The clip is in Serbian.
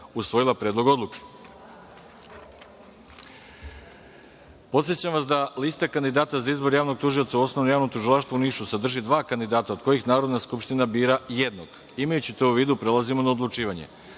usvojila Predlog odluke. Podsećam vas da lista kandidata za izbor javnog tužioca u Osnovnom javnom tužilaštvu u Nišu sadrži dva kandidata od kojih Narodna skupština bira jednog. Imajući to u vidu, prelazimo na odlučivanje. Stavljam